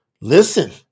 listen